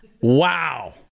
Wow